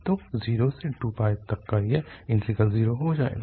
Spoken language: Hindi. तो 0 से 2 तक का यह इंटीग्रल 0 हो जाएगा